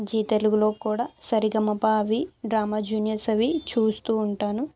G తెలుగులో కూడా సరిగమప అవి డ్రామా జూనియర్స్ అవి చూస్తు ఉంటాను